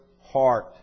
heart